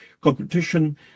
competition